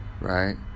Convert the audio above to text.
right